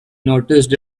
noticed